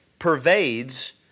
pervades